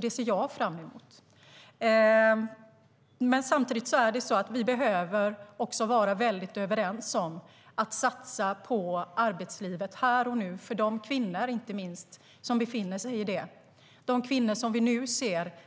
Det ser jag fram emot. Samtidigt behöver vi vara väldigt överens om att satsa på arbetslivet här och nu för kvinnor som befinner sig i det, de kvinnor som nu